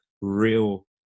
real